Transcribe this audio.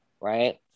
right